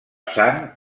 sang